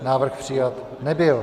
Návrh přijat nebyl.